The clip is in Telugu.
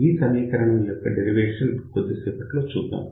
ఈ సమీకరణం యొక్క డెరివేషన్ కొద్ది సేపట్లో చూద్దాం